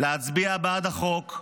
להצביע בעד החוק,